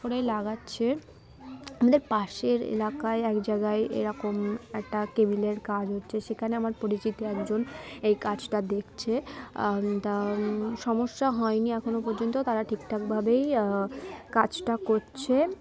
করে লাগাচ্ছে আমাদের পাশের এলাকায় এক জায়গায় এরকম একটা কেবেলের কাজ হচ্ছে সেখানে আমার পরিচিত একজন এই কাজটা দেখছে তা সমস্যা হয়নি এখনও পর্যন্ত তারা ঠিক ঠাকভাবেই কাজটা করছে